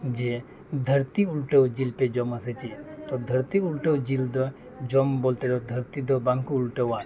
ᱡᱮ ᱫᱷᱟᱹᱨᱛᱤ ᱩᱞᱴᱟᱹᱣ ᱡᱤᱞ ᱯᱮ ᱡᱚᱢ ᱟᱥᱮ ᱪᱮᱫ ᱛᱚ ᱫᱷᱟᱹᱨᱛᱤ ᱩᱞᱴᱟᱹᱣ ᱡᱤᱞ ᱫᱚ ᱡᱚᱢ ᱵᱳᱞᱛᱮ ᱫᱚ ᱫᱷᱟᱹᱨᱛᱤ ᱫᱚ ᱵᱟᱝ ᱠᱚ ᱩᱞᱴᱟᱹᱣᱟ